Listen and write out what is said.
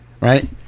right